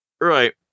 Right